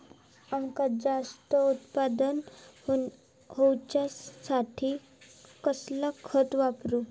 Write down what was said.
अम्याचा जास्त उत्पन्न होवचासाठी कसला खत वापरू?